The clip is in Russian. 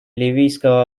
ливийского